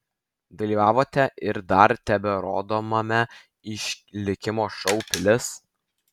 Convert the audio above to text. dalyvavote ir dar teberodomame išlikimo šou pilis